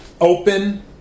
open